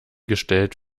gestellt